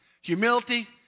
Humility